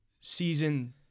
season